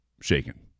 shaken